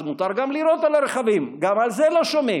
אז מותר גם לירות על הרכבים, גם על זה לא שומעים.